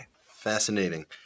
Fascinating